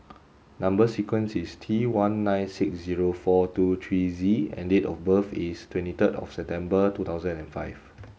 number sequence is T one nine six zero four two three Z and date of birth is twenty third of September two thousand and five